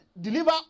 Deliver